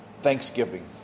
Thanksgiving